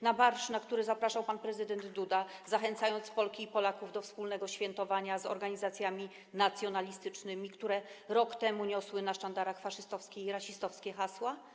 Na marsz, na który zapraszał pan prezydent Duda, zachęcając Polki i Polaków do wspólnego świętowania z organizacjami nacjonalistycznymi, które rok temu niosły na sztandarach faszystowskie i rasistowskie hasła?